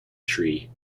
tree